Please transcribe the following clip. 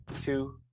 two